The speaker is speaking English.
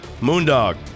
Moondog